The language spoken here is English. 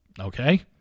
Okay